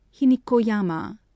Hinikoyama